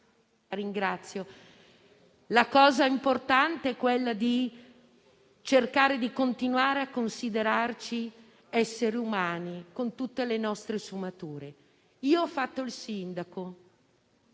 La cosa importante è cercare di continuare a considerarci esseri umani, con tutte le nostre sfumature. Ho fatto il sindaco